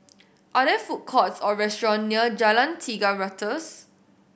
are there food courts or restaurant near Jalan Tiga Ratus